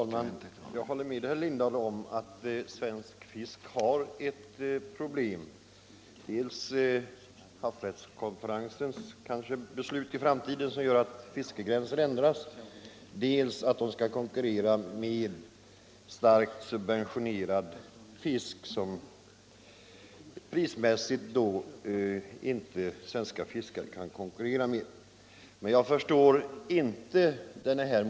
Herr talman! Jag håller med herr Lindahl i Hamburgsund om att det svenska fisket har problem. De beslut som havsrättskonferensen kommer att fatta kan innebära att fiskegränser ändras. Vidare skall de svenska fiskarna konkurrera med import av fisk till starkt subventionerade priser. Men jag förstår ändå inte att frågan om tullfrihet på Canadasill kan ge anledning till motion i Sveriges riksdag.